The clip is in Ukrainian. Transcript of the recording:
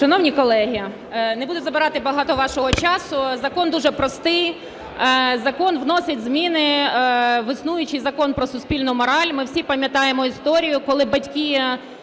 Шановні колеги, не буду забирати багато вашого часу. Закон дуже простий. Закон вносить зміни в існуючий Закон про суспільну мораль. Ми всі пам'ятаємо історію, коли батьки